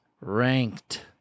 Ranked